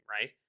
right